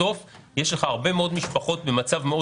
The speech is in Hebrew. בסוף יש לך הרבה מאוד משפחות במצב מאוד